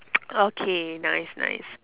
okay nice nice